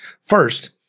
First